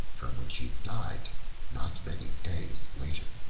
from which he died not many days later.